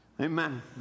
Amen